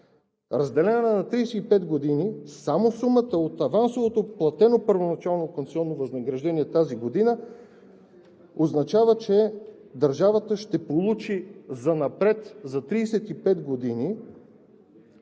Разделена на 35 години, само сумата от авансово платеното първоначално концесионно възнаграждение тази година означава, че държавата ще получи занапред – за 35 години,